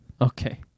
okay